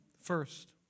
first